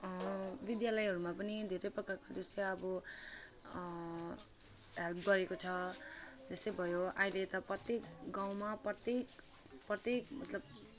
विद्यालयहरूमा पनि धेरै प्रकारको जस्तै अब हेल्प गरेको छ जस्तै भयो अहिले त प्रत्येक गाउँमा प्रत्येक प्रत्येक मतलब